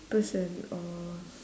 person or